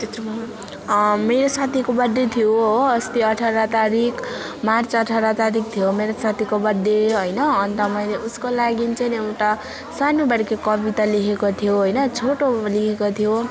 मेरो साथीको बर्थडे थियो हो अस्ति अठार तारिक मार्च अठार तारिक थियो मेरो साथीको बर्थडे होइन अन्त मैले उसको लागि चाहिँ एउटा सानोबडे कविता लेखेको थियो होइन छोटो लेखेको थियो